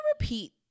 repeat